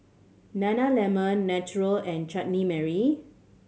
Nana Lemon Naturel and Chutney Mary